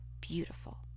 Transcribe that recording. beautiful